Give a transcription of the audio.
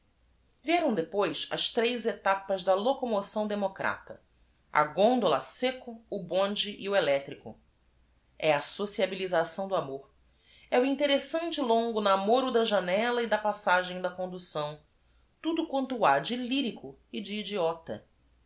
ieram depois as tres etapas da locomoção democrata a gondola a séceò o bonde e o electrico a sociabilização do amor é o interessante e longo namoro da janella e da passagem da conducção tudo quanto ha de l y r i c o e de idiota